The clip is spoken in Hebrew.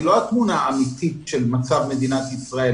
היא לא התמונה האמיתית של מצב מדינת ישראל.